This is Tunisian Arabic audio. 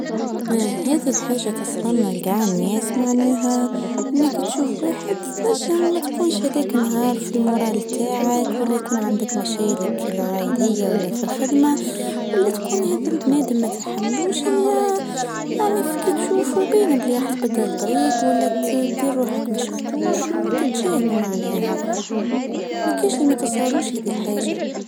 هذي الحاجة تسرلن لجعلناش معناها? انك تشوف واحد علشان ما تكونش هداك نهار فال مورال تاعك ولا يكون عندك مشاكل العائلية ولا فالخدمة ولا تكون هاد بنادم ما كي الحمدوش هي يعني كي تشوفو باينة بلي الطريق ولا ديال واحد ما شفتوش وتتشاهدوا معناها. ما كاينشي ما توصلوش لهدي لحاجة